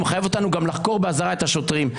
הוא מחייב אותנו גם לחקור באזהרה את השוטרים.